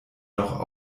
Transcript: noch